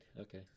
Okay